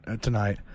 tonight